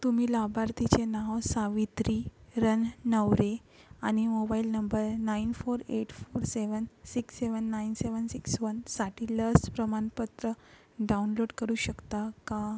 तुम्ही लाभाबार्थीचे नाव सावित्री रननवरे आणि mobile number nine four eight four seven six seven nine seven six वनसाठी लस प्रमाणपत्र डाउनलोड करू शकता का